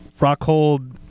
Rockhold